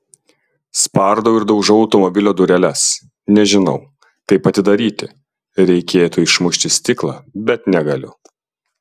spardau ir daužau automobilio dureles nežinau kaip atidaryti reikėtų išmušti stiklą bet negaliu